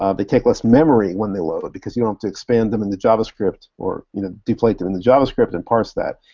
um they take less memory when they load because you don't have to expand them into javascript or you know deflate them into javascript and parse that.